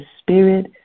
spirit